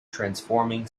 transforming